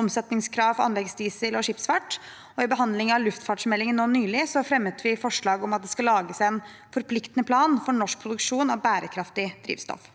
omsetningskrav for anleggsdiesel og skipsfart, og i behandlingen av luftfartsmeldingen nå nylig fremmet vi forslag om at det skal lages en forpliktende plan for norsk produksjon av bærekraftig drivstoff.